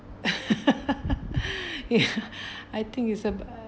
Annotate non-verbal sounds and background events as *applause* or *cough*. *laughs* ya I think it's about